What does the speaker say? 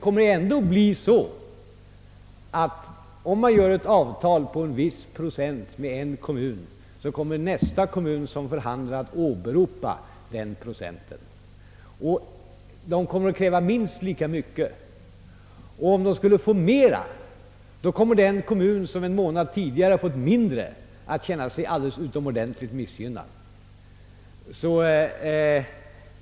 Om vi träffar ett avtal om en viss procent med en kommun, så kommer ändå nästa kommun vi förhandlar med att åberopa den procenten och kräva minst lika mycket. Skulle den få mera, kommer den kommun, som en månad tidigare fått mindre, att känna sig alldeles utomordentligt missgynnad.